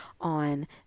on